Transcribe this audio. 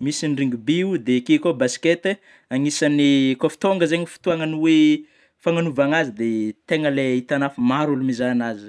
misy ny ringby oh ,dia akeo koa basket, anisany koa fô tonga zany fotôgnany, oe fagnaovana azy de tena itanao, fa maro ôlo mizaha an'azy zay.